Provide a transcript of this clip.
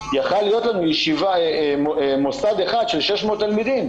יכול היה להיות לנו מוסד אחד של 600 תלמידים,